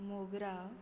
मोगरा